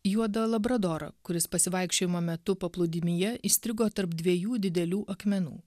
juodą labradorą kuris pasivaikščiojimo metu paplūdimyje įstrigo tarp dviejų didelių akmenų